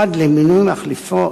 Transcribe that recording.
או עד למינוי מחליפו,